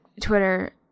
Twitter